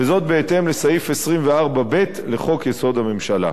וזאת בהתאם לסעיף 24(ב) לחוק-יסוד: הממשלה.